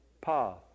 path